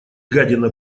гадина